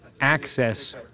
access